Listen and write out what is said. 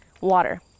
water